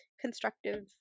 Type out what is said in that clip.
constructive